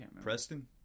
Preston